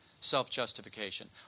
self-justification